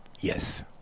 yes